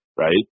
right